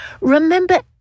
Remember